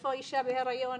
איפה האישה בהיריון?